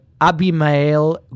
Abimael